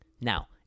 Now